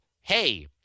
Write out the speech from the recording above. hey